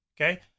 Okay